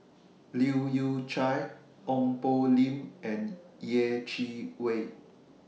Leu Yew Chye Ong Poh Lim and Yeh Chi Wei